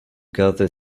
gather